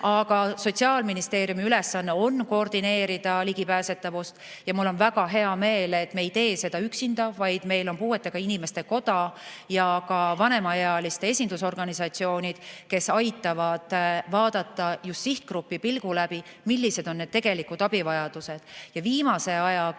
Sotsiaalministeeriumi ülesanne on koordineerida ligipääsetavust. Ja mul on väga hea meel, et me ei tee seda üksinda, vaid meil on puuetega inimeste koda ja ka vanemaealiste esindusorganisatsioonid, kes aitavad vaadata, millised on tegelikud abivajadused sihtgrupi pilgu